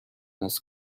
است